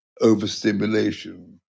overstimulation